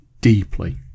deeply